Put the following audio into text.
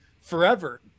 forever